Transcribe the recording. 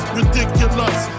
ridiculous